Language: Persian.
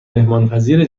مهمانپذیر